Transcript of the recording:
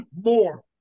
more